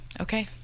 Okay